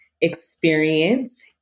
experience